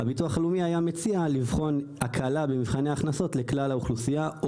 הביטוח הלאומי היה מציע לבחון הקלה במבחני הכנסות לכלל האוכלוסייה,